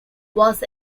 was